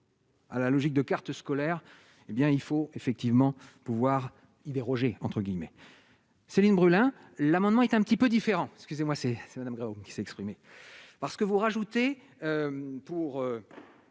à la logique de carte scolaire, hé bien il faut effectivement pouvoir y déroger, entre guillemets, Céline Brulin, l'amendement est un petit peu différent, excusez-moi, c'est qui s'exprimer parce que vous rajoutez pour